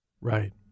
Right